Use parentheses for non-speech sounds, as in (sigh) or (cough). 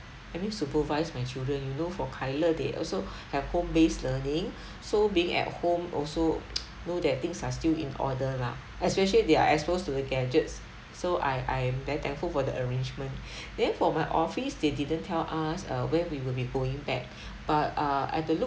having supervised my children you know for kai le they also have home based learning so being at home also (noise) know that things are still in order lah especially they are exposed to the gadgets so I I am very thankful for the arrangement then for my office they didn't tell us uh when we will be going back but ah at the look